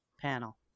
panel